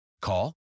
Call